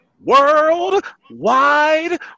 Worldwide